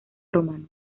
romano